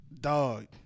Dog